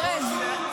ארז.